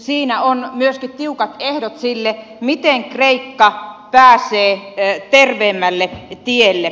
siinä on myöskin tiukat ehdot sille miten kreikka pääsee terveemmälle tielle